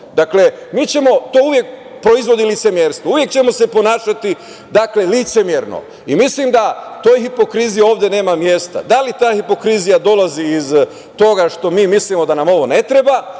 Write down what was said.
Dakle, to uvek proizvodi licemerstvo. Uvek ćemo se ponašati licemerno. Mislim da toj hipokriziji ovde nema mesta. Da li ta hipokrizija dolazi iz toga što mi mislimo da nam ovo ne treba